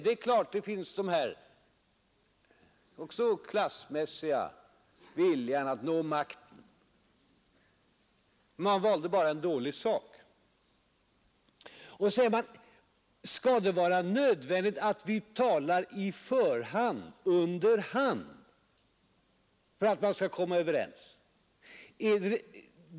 Det är klart att här finns också den här klassmässiga viljan att nå makten. Man valde bara en dålig sak. Och vidare: Skall det vara nödvändigt att tala i förväg under hand för att man skall komma överens?